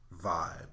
vibe